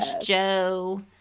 Joe